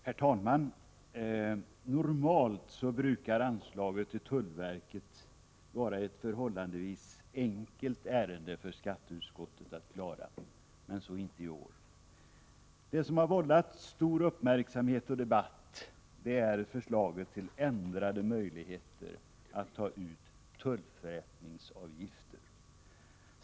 Herr talman! Normalt brukar anslaget till tullverket vara ett förhållandevis enkelt ärende för skatteutskottet att klara, men så inte i år. Det som har vållat stor uppmärksamhet och debatt är förslaget till ändrade möjligheter att ta ut tullförrättningsavgifter.